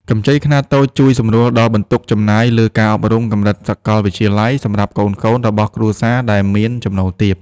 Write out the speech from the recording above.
កម្ចីខ្នាតតូចជួយសម្រួលដល់បន្ទុកចំណាយលើការអប់រំកម្រិតសកលវិទ្យាល័យសម្រាប់កូនៗរបស់គ្រួសារដែលមានចំណូលទាប។